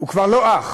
הוא כבר לא אח.